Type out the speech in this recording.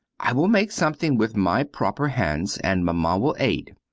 i will make something with my proper hands, and maman will aid.